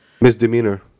Misdemeanor